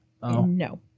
No